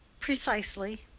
precisely.